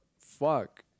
Fuck